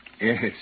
Yes